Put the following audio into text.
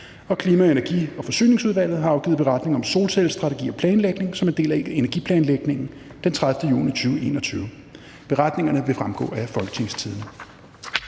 Klima-, Energi- og Forsyningsudvalget har afgivet: Beretning om solcellestrategi og -planlægning som en del af energiplanlægningen den 30. juni 2021. (Beretning nr. 35). Beretningerne